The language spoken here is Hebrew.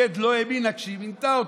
שקד לא האמינה כשהיא מינתה אותה,